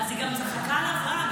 היא גם צחקה על אברהם.